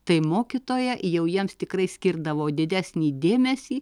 tai mokytoja jau jiems tikrai skirdavo didesnį dėmesį